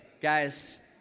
guys